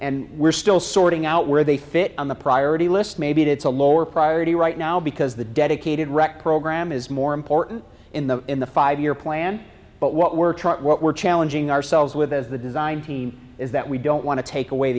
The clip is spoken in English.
and we're still sorting out where they fit on the process the list maybe it's a lower priority right now because the dedicated rec program is more important in the in the five year plan but what we're trying what we're challenging ourselves with as the design team is that we don't want to take away